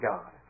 God